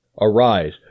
Arise